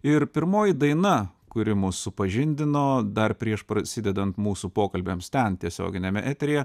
ir pirmoji daina kuri mus supažindino dar prieš prasidedant mūsų pokalbiams ten tiesioginiame eteryje